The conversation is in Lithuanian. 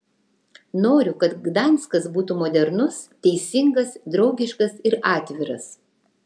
noriu kad gdanskas būtų modernus teisingas draugiškas ir atviras